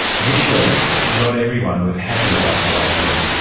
initially not everyone was happy about the idea.